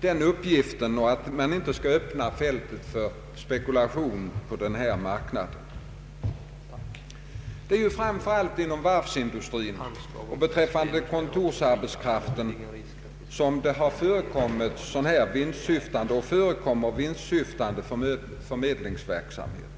den uppgiften och inte lämna fältet öppet för spekulation på den här marknaden. Det är framför allt inom varvsindustrin och beträffande kontorsarbetskraften som det har förekommit och förekommer vinstsyftande förmedlingsverksamhet.